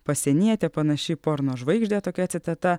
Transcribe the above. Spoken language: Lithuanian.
pasienietė panaši į porno žvaigždę tokia citata